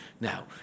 Now